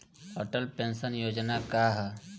Atal pension Yojana का ह?